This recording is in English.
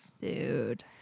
Dude